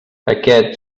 aquest